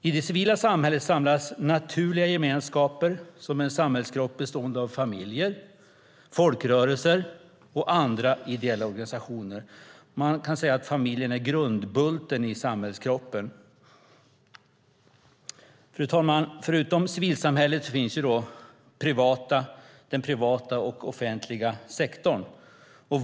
I det civila samhället samlas naturliga gemenskaper som en samhällskropp bestående av familjer, folkrörelser och andra ideella organisationer. Man kan säga att familjen är grundbulten i samhällskroppen. Fru talman! Förutom civilsamhället finns den privata och den offentliga sektorn.